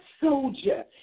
soldier